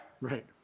Right